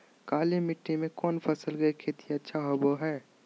काली मिट्टी में कौन फसल के खेती अच्छा होबो है?